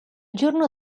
giorno